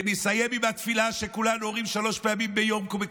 ונסיים עם התפילה שכולנו אומרים שלוש פעמים ביום בכל